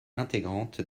intégrante